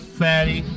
fatty